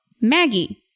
Maggie